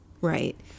Right